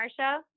Marsha